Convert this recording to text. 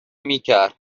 میکر